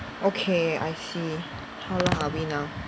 okay I see how long are we now